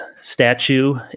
statue